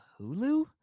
Hulu